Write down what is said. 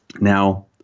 Now